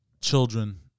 Children